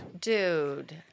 Dude